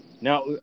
Now